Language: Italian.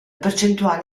percentuale